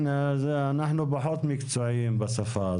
אנחנו פחות מקצועיים בשפה.